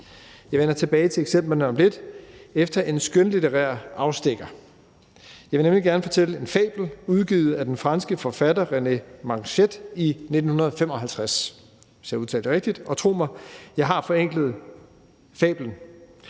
Jeg vender tilbage til eksemplerne om lidt efter en skønlitterær afstikker. Jeg vil nemlig gerne fortælle en fabel udgivet af den franske forfatter René Macard i 1955. Og tro mig, jeg har forenklet fablen.